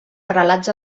prelats